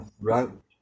wrote